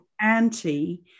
anti